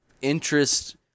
interest